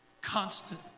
constant